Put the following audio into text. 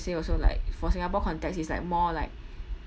say also like for singapore context is like more like